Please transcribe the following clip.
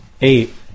eight